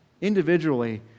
individually